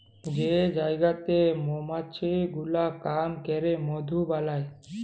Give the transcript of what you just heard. যে জায়গাতে মমাছি গুলা কাম ক্যরে মধু বালাই